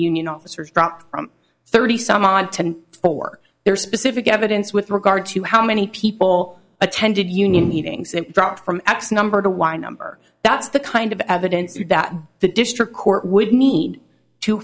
union officers dropped from thirty some odd ten for their specific evidence with regard to how many people attended union meetings and dropped from x number to y number that's the kind of evidence you that the district court would need to